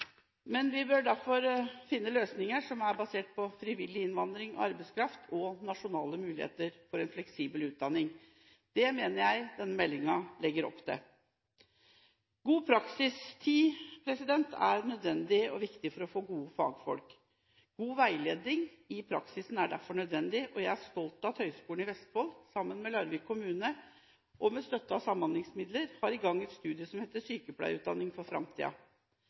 Vi bør derfor finne løsninger som er basert på frivillig innvandring av arbeidskraft og nasjonale muligheter for en fleksibel utdanning. Det mener jeg denne meldingen legger opp til. God praksistid er nødvendig og viktig for å få gode fagfolk. God praksisveiledning er derfor nødvendig. Jeg er stolt av at Høgskolen i Vestfold, sammen med Larvik kommune og med støtte av samhandlingsmidler, har satt i gang et studium som heter «Sykepleie for